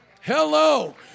Hello